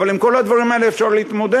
אבל עם כל הדברים האלה אפשר להתמודד.